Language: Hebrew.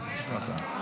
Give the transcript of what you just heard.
בבקשה.